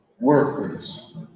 workers